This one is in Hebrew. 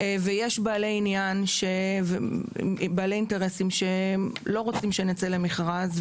יש בעלי אינטרסים שלא רוצים שנצא למכרז,